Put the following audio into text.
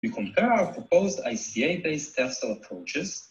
‫אנחנו מבטיח את התקשורת שלנו, ‫התקשורת לתקשורת התקשורת הישראלית.